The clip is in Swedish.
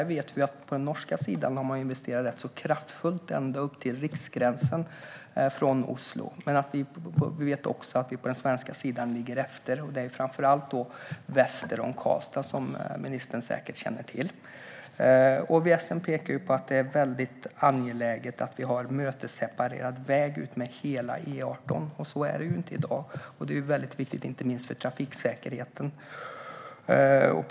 Vi vet att man har investerat ganska kraftfullt på den norska sidan, ända till riksgränsen från Oslo. Men vi vet också att vi på den svenska sidan ligger efter. Det är framför allt väster om Karlstad, som ministern säkert känner till. Åtgärdsvalsstudien pekar på att det är mycket angeläget att det är mötesseparerad väg utmed hela E18, och så är det inte i dag. Det är mycket viktigt, inte minst för trafiksäkerheten, att vägen är mötesseparerad.